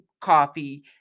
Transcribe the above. coffee